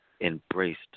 embraced